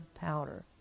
powder